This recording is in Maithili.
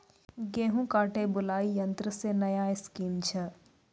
गेहूँ काटे बुलाई यंत्र से नया स्कीम छ?